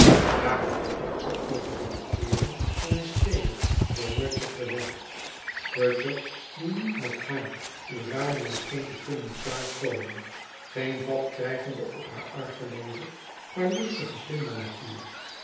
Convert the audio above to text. daarop sprak zij over de bekeering van miss taylor door rudyard bewerkt rudyard die niet met haar urania scheen te kunnen klaar komen geen vat krijgende op haar argelooze maar luchtige vlindernatuur